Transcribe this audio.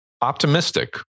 optimistic